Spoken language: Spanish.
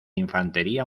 infantería